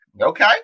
okay